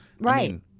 Right